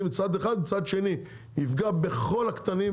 מצד אחד ומצד שני יפגע בכל הקטנים,